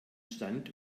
stand